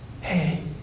Hey